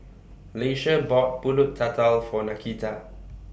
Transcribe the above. Leisha bought Pulut Tatal For Nakita